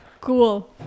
cool